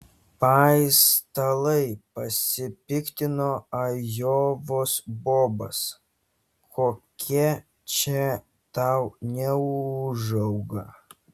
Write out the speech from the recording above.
paistalai pasipiktino ajovos bobas kokia čia tau neūžauga